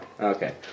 Okay